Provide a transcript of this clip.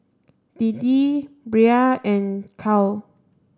Deedee Brea and Cal